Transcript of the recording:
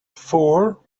four